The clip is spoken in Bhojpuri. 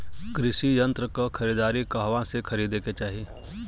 कृषि यंत्र क खरीदारी कहवा से खरीदे के चाही?